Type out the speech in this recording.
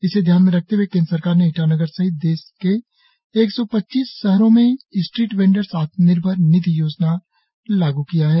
इसे ध्यान में रखते हए केंद्र सरकार ने ईटानगर सहित देशभर के एक सौ पच्चीस शहरों में स्ट्रीट वेंडर्स आत्मनिर्भर निधि योजना लागू किया है